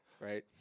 right